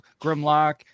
grimlock